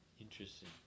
interesting